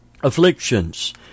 afflictions